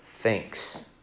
Thanks